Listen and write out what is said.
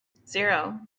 zero